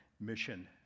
mission